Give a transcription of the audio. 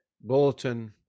Bulletin